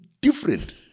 different